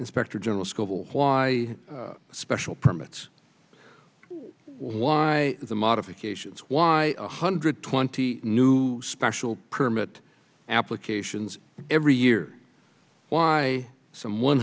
inspector general scovel why special permits why the modifications why one hundred twenty new special permit applications every year why some one